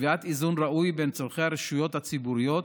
וקביעת איזון ראוי בין צורכי הרשויות הציבוריות